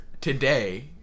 today